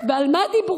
ועל מה דיברו?